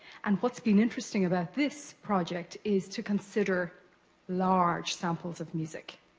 and what's been interesting about this project is to consider large samples of music.